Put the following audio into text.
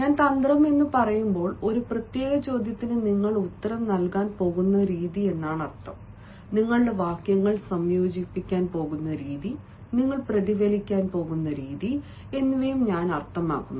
ഞാൻ തന്ത്രം പറയുമ്പോൾ ഒരു പ്രത്യേക ചോദ്യത്തിന് നിങ്ങൾ ഉത്തരം നൽകാൻ പോകുന്ന രീതി നിങ്ങളുടെ വാക്യങ്ങൾ സംയോജിപ്പിക്കാൻ പോകുന്ന രീതി നിങ്ങൾ പ്രതികരിക്കാൻ പോകുന്ന രീതി എന്നിവയും ഞാൻ അർത്ഥമാക്കുന്നു